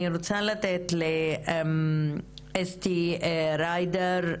אני רוצה לתת לאסתי רידר-אינדורסקי,